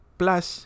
plus